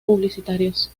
publicitarios